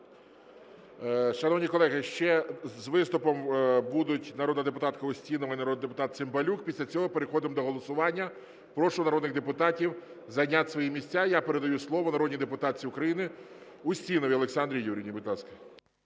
Шановні колеги, ще з виступом будуть народна депутатка Устінова і народний депутат Цимбалюк. Після цього переходимо до голосування. Прошу народних депутатів зайняти свої місця. Я передаю слово народній депутатці України Устіновій Олександрі Юріївні.